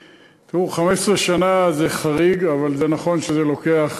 תראו, 15 שנה זה חריג, אבל זה נכון שזה לוקח,